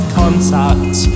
contact